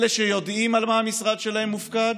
אלה שיודעים על מה המשרד שלהם מופקד